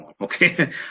Okay